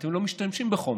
אתם לא משתמשים בחומר.